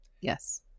Yes